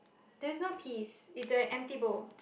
there's not piece it's a empty bowl